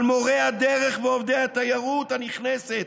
על מורי הדרך ועובדי התיירות הנכנסת,